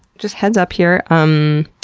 just heads up here. um